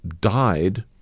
died